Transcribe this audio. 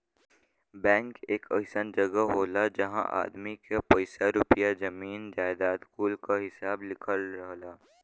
bank एक अइसन जगह होला जहां आदमी के पइसा रुपइया, जमीन जायजाद कुल क हिसाब लिखल रहला